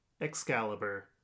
Excalibur